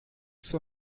soi